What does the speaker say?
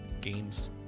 games